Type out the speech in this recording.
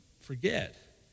forget